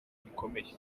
gikomeye